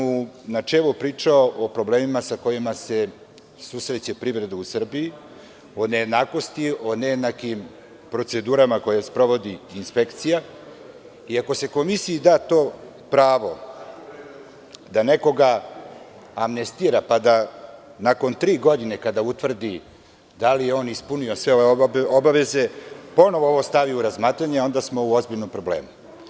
U načelu sam pričao o problemima sa kojima se susreće privreda u Srbiji, o nejednakosti, o nejednakim procedurama koje sprovodi inspekcija i ako se komisiji da to pravo da nekoga amnestira, pa da nakon tri godine, kada utvrdi da li je ispunio sve obaveze, ponovo ovo stavi u razmatranje, onda smo u ozbiljnom problemu.